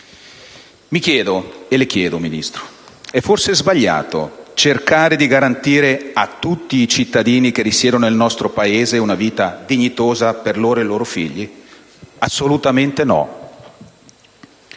Mi chiedo e le chiedo, Ministro: è forse sbagliato cercare di garantire a tutti i cittadini che risiedono nel nostro Paese una vita dignitosa per loro e per i loro figli? Assolutamente no.